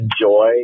enjoy